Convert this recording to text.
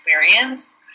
experience